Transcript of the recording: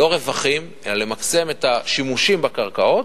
לא רווחים, אלא למקסם את השימושים בקרקעות,